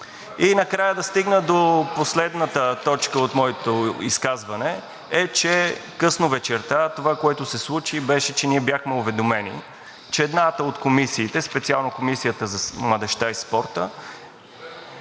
И накрая да стигна до последната точка от моето изказване – късно вечерта това, което се случи, беше, че ние бяхме уведомени, че едната от комисиите, специално Комисията за младежта и спорта,